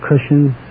cushions